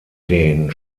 den